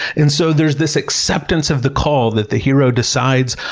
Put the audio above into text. and so, there's this acceptance of the call that the hero decides,